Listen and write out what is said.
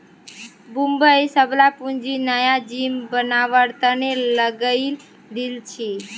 मुई सबला पूंजी नया जिम बनवार तने लगइ दील छि